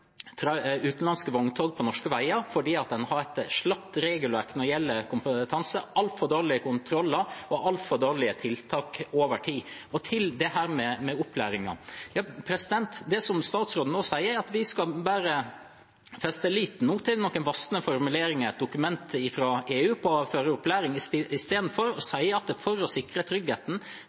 utenlandske vogntog på norske veier, fordi en har et slapt regelverk når det gjelder kompetanse, altfor dårlige kontroller og altfor dårlige tiltak over tid. Til dette med opplæringen: Det som statsråden nå sier, er at vi nå bare skal feste lit til noen vasne formuleringer i et dokument fra EU om føreropplæring, istedenfor å si at for å sikre tryggheten